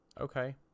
Okay